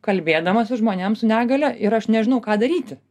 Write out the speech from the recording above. kalbėdama su žmonėm su negalia ir aš nežinau ką daryti